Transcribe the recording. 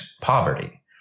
poverty